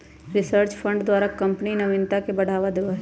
research fund द्वारा company नविनता के बढ़ावा दे हइ